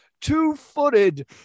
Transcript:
Two-footed